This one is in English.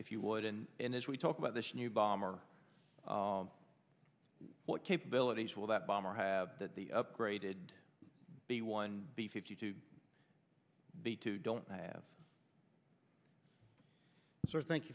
if you would and and as we talk about this new bomber what capabilities will that bomber have that the upgraded b one b fifty two b two don't have sir thank